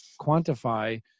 quantify